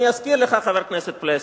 אני אזכיר לך, חבר הכנסת פלסנר.